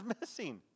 missing